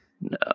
no